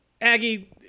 Aggie